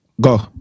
go